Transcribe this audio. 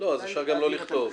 אפשר גם לא לכתוב.